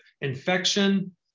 infection